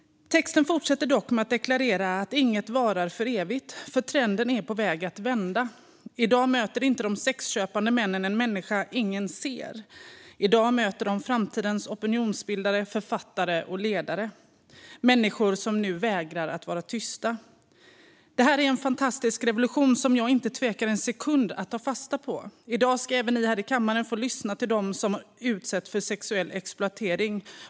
Texten fortsätter dock med att deklarera att inget varar för evigt; trenden är på väg att vända. I dag möter inte de sexköpande männen en människa ingen ser, utan i dag möter de framtidens opinionsbildare, författare och ledare. Det är människor som nu vägrar att vara tysta. Det här är en fantastisk revolution som jag inte tvekar en sekund att ta fasta på. I dag ska även ni i kammaren få lyssna till dem som utsätts för sexuell exploatering.